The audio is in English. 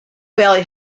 valley